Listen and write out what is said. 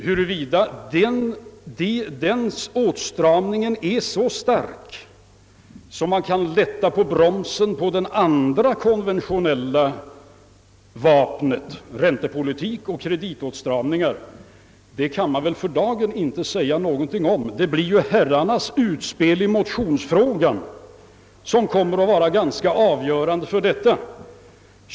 Huruvida åtstramningen är så stark att vi kan lätta på bromsen när det gäller de andra konventionella vapnen, räntepolitik och kreditåtstramningar, kan det för dagen inte sägas något om. Det blir ju herrarnas utspel motionsvägen som härvidlag kommer att vara avgörande.